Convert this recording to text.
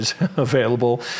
available